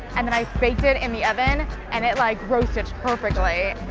and then i baked it in the oven and it like roasted perfectly.